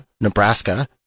nebraska